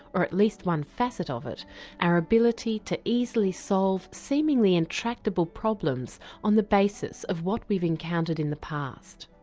or at least one facet of it our ability to easily easily solve seemingly intractable problems on the basis of what we've encountered in the past.